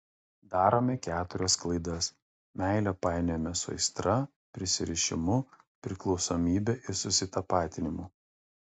darome keturias klaidas meilę painiojame su aistra prisirišimu priklausomybe ir susitapatinimu